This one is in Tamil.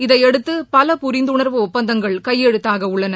இதையடுத்து பல புரிந்துணர்வு ஒப்பந்தங்கள் கையெழுத்தாக உள்ளன